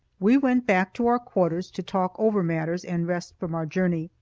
we went back to our quarters to talk over matters and rest from our journey.